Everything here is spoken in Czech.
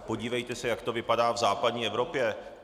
Podívejte se, jak to vypadá v západní Evropě.